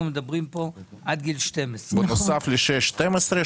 מדברים פה עד גיל 12. בנוסף ל-6 12,